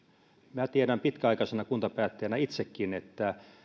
minä tiedän pitkäaikaisena kuntapäättäjänä itsekin että